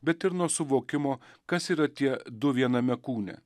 bet ir nuo suvokimo kas yra tie du viename kūne